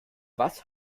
was